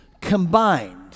combined